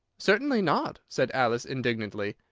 certainly not! said alice indignantly.